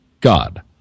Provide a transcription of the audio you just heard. God